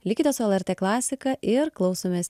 likite su lrt klasika ir klausomės